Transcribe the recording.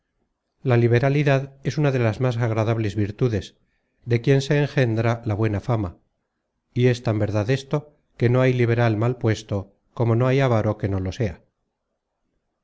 la liberalidad es una de las más agradables virtudes de quien se engendra la buena fama y es tan verdad esto que no hay liberal mal puesto como no hay avaro que no lo sea